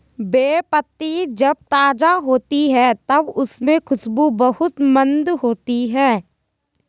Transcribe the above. बे पत्ती जब ताज़ा होती है तब उसमे खुशबू बहुत मंद होती है